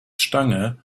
stange